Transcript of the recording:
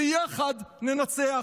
ביחד ננצח.